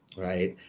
right?